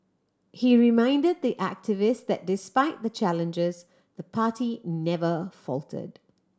he reminded the activists that despite the challenges the party never faltered